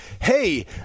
hey